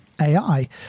AI